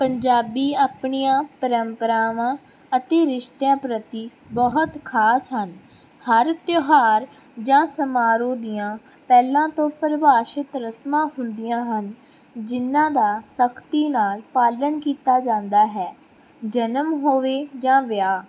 ਪੰਜਾਬੀ ਆਪਣੀਆਂ ਪਰੰਪਰਾਵਾਂ ਅਤੇ ਰਿਸ਼ਤਿਆਂ ਪ੍ਰਤੀ ਬਹੁਤ ਖ਼ਾਸ ਹਨ ਹਰ ਤਿਉਹਾਰ ਜਾਂ ਸਮਾਰੋਹ ਦੀਆਂ ਪਹਿਲਾਂ ਤੋਂ ਪਰਿਭਾਸ਼ਿਤ ਰਸਮਾਂ ਹੁੰਦੀਆਂ ਹਨ ਜਿਹਨਾਂ ਦਾ ਸਖਤੀ ਨਾਲ ਪਾਲਣ ਕੀਤਾ ਜਾਂਦਾ ਹੈ ਜਨਮ ਹੋਵੇ ਜਾਂ ਵਿਆਹ